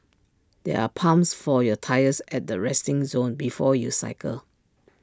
there are pumps for your tyres at the resting zone before you cycle